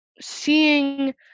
seeing